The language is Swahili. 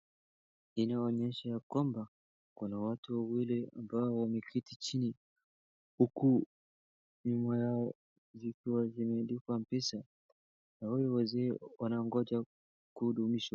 Inaonyesha ya kwamba kuna watu wawili ambao wameketi chini huku nyuma yao zikiwa zimeandikwa mpesa na hawa wazee wanangoja kuhudumiwa.